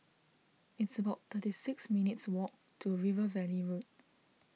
it's about thirty six minutes' walk to River Valley Road